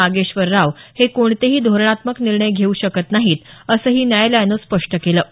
नागेश्वर राव हे कोणतेही धोरणात्मक निर्णय घेऊ शकत नाहीत असंही न्यायालयानं स्पष्ट केलं आहे